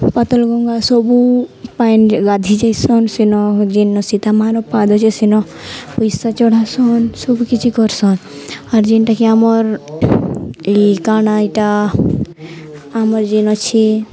ପାତଲ ଗଙ୍ଗା ସବୁ ପାନ ଗାଧି ଯାଇସନ୍ ସନ ଯେନ୍ ସୀତା ମମାନ ପାଦ ଅଛେ ସନ ପଇସା ଚଢ଼ାସନ୍ ସବୁ କିଛି କରସନ୍ ଆର୍ ଯେନ୍ଟାକି ଆମର୍ ଏଇ କାଣା ଏଇଟା ଆମର୍ ଯେନ୍ ଅଛି